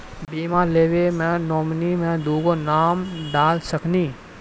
बीमा लेवे मे नॉमिनी मे दुगो नाम डाल सकनी?